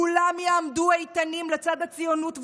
כולם יעמדו איתנים לצד הציונות והיהדות,